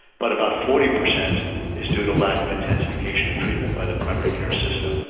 but about forty percent is due to lack of intensification of treatment by the primary care system.